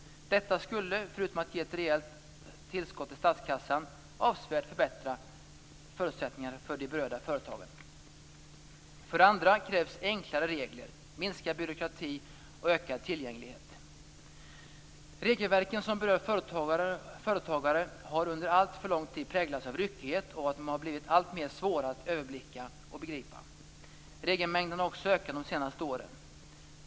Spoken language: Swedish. Detta skulle, förutom att ge ett rejält tillskott i statskassan, avsevärt förbättra förutsättningarna för de berörda företagen. För det andra krävs enklare regler, minskad byråkrati och ökad tillgänglighet. Regelverken som berör företagare har under alltför lång tid präglats av ryckighet och av att de har blivit alltmer svåra att överblicka och begripa. Regelmängden har också ökat under de senaste åren.